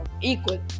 equal